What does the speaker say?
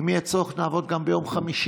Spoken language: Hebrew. אם יהיה צורך, נעבוד גם ביום חמישי.